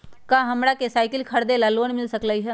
का हमरा के साईकिल खरीदे ला लोन मिल सकलई ह?